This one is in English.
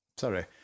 Sorry